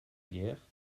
guerre